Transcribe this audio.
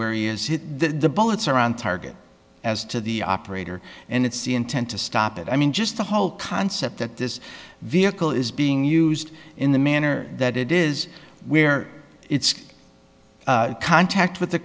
where he is the bullets are on target as to the operator and it's the intent to stop it i mean just the whole concept that this vehicle is being used in the manner that it is where it's contact with